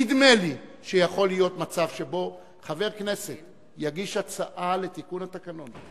נדמה לי שיכול להיות מצב שבו חבר כנסת יגיש הצעה לתיקון התקנון,